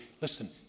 Listen